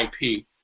IP